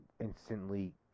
instantly